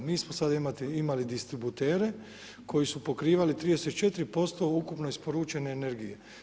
Mi smo sada imali distributere koji su pokrivali 34% ukupno isporučene energije.